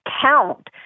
count